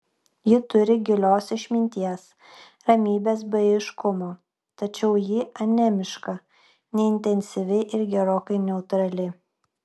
ji turi gilios išminties ramybės bei aiškumo tačiau ji anemiška neintensyvi ir gerokai neutrali